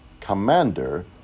commander